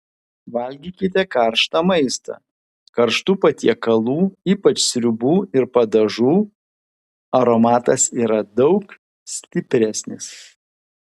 valgykite karštą maistą karštų patiekalų ypač sriubų ir padažų aromatas yra daug stipresnis